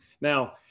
Now